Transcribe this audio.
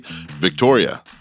Victoria